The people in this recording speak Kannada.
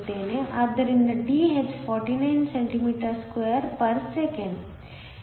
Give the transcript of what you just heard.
ಆದ್ದರಿಂದ Dh 49 cm2 s 1